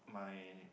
my